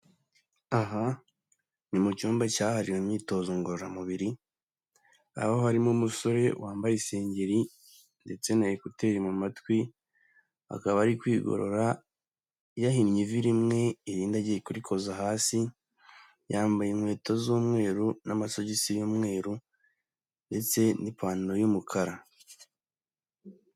Aha ni mu cyumba cyahariwe imyitozo ngororamubiri, aho harimo umusore wambaye isengeri ndetse na ekuteri mu matwi, akaba ari kwigorora yahimye ivi rimwe irindi agiye kurikoza hasi, yambaye inkweto z'umweru n'amasogisi y'umweru, ndetse n'ipantaro y'umukara.